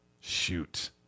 shoot